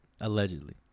Allegedly